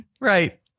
Right